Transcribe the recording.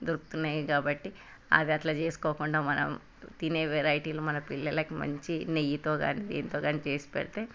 దొరుకుతున్నాయి కాబట్టి అది అట్లా చేసుకోకుండా మనం తినే వైరైటీలు మన పిల్లలకి మంచి నెయ్యితో కాని దీనితో కాని చేసి పెడతే